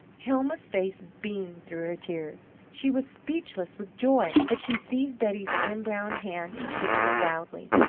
hilma's face beamed through her tears. she was speechless with joy, but she seized betty's slim brown hand and kissed it loudly.